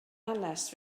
hanes